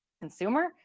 consumer